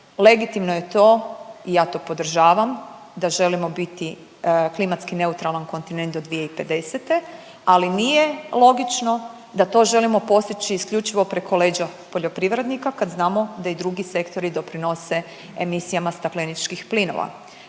Legitimno je to i ja to podržavam da želimo biti klimatski neutralan kontinent do 2050., ali nije logično da to želimo postići isključivo preko leđa poljoprivrednika kad znamo da i drugi sektori doprinose emisijama stakleničkih plinova.